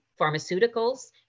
pharmaceuticals